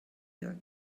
your